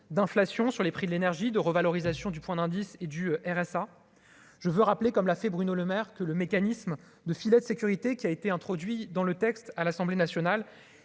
d'inflation sur les prix de l'énergie de revalorisation du point d'indice et du RSA, je veux rappeler, comme l'a fait Bruno Lemaire que le mécanisme de filet de sécurité qui a été introduit dans le texte à l'Assemblée nationale